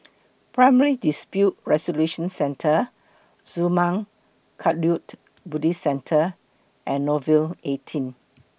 Primary Dispute Resolution Centre Zurmang Kagyud Buddhist Centre and Nouvel eighteen